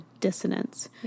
dissonance